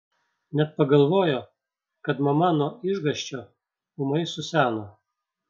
net pagalvojo kad mama nuo išgąsčio ūmai suseno